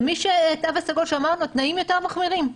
למי שבתו הסגול אמרנו התנאים יותר מחמירים.